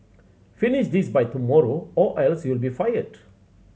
finish this by tomorrow or else you'll be fired